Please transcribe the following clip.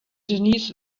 genies